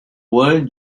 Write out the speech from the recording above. world